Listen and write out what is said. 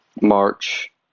March